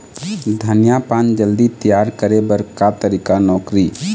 धनिया पान जल्दी तियार करे बर का तरीका नोकरी?